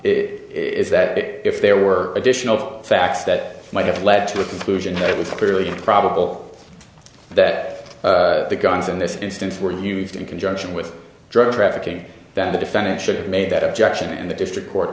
it is that it if there were additional facts that might have led to a conclusion that was clearly probable that the guns in this instance were used in conjunction with drug trafficking then the defendant should have made that objection and the district court